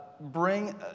bring